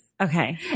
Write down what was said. Okay